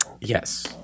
yes